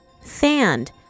Sand